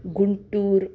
गुन्टूरः